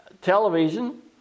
television